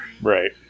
Right